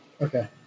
Okay